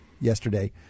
yesterday